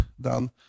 done